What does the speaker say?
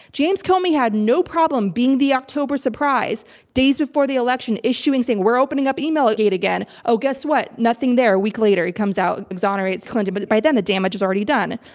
james comey had no problem being the october surprise days before the election issuing saying, we're opening up emailgate again. oh guess what? nothing there. a week later he comes out and exonerates clinton, but by then the damage is already done.